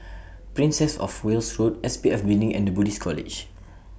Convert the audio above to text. Princess of Wales Road S P F Building and The Buddhist College